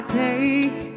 take